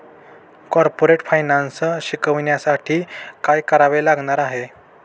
Corporate finance शिकण्यासाठी काय करावे लागणार आहे?